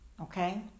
okay